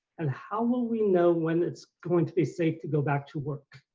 and how will we know when it's going to be safe to go back to work?